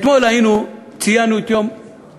אתמול ציינו את היום לשוויון